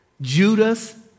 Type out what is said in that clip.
Judas